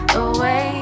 away